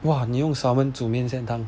!wah! 你用 salmon 煮面线汤